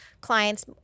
clients